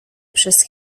przez